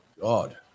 God